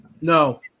no